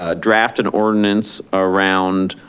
ah draft an ordinance around